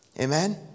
amen